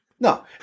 No